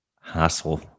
hassle